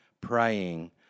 praying